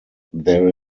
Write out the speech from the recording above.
there